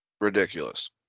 Ridiculous